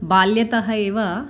बाल्यतः एव